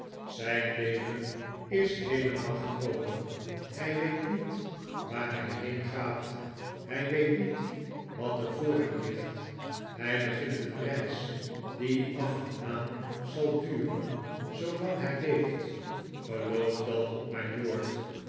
zijn leven is heelemaal gebroken hij weet niet waar hij heen gaat hij weet niet wat er voor hem ligt hij begint een reis die af en aan zal duren zoolang hij leeft geloof dat op mijn woord